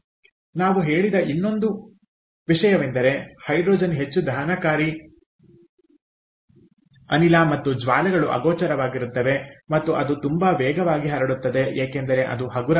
ನಾವು ಹೇಳಿದ ಇನ್ನೊಂದು ವಿಷಯವೆಂದರೆ ಹೈಡ್ರೋಜನ್ ಹೆಚ್ಚು ದಹನಕಾರಿ ಅನಿಲ ಮತ್ತು ಜ್ವಾಲೆಗಳು ಅಗೋಚರವಾಗಿರುತ್ತವೆ ಮತ್ತು ಅದು ತುಂಬಾ ವೇಗವಾಗಿ ಹರಡುತ್ತದೆ ಏಕೆಂದರೆ ಅದು ಹಗುರವಾಗಿದೆ